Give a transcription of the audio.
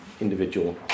individual